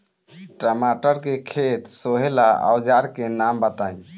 टमाटर के खेत सोहेला औजर के नाम बताई?